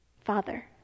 father